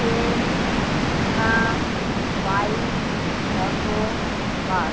train tram bike auto bus